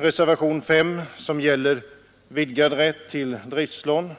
Reservationen 5 gäller vidgad rätt till driftslån.